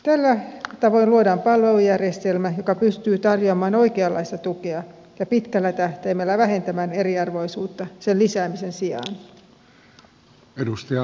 tällä tavoin luodaan palvelujärjestelmä joka pystyy tarjoamaan oikeanlaista tukea ja pitkällä tähtäimellä vähentämään eriarvoisuutta sen lisäämisen sijaan